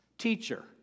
Teacher